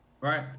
right